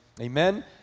amen